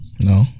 No